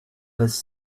this